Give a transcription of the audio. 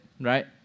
right